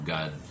God